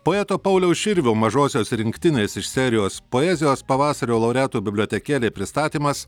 poeto pauliaus širvio mažosios rinktinės iš serijos poezijos pavasario laureatų bibliotekėlė pristatymas